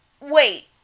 wait